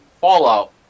Fallout